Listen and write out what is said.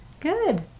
Good